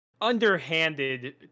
Underhanded